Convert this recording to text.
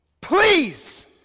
Please